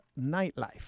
Nightlife